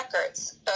records